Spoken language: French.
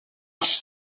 arche